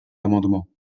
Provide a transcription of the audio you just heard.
amendement